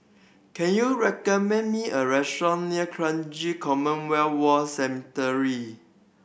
can you recommend me a restaurant near Kranji Commonwealth War Cemetery